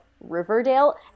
Riverdale